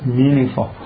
meaningful